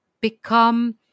become